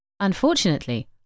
Unfortunately